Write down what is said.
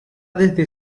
desde